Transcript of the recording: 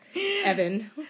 Evan